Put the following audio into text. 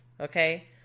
okay